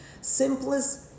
simplest